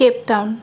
Cape Town